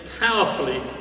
powerfully